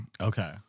Okay